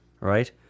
right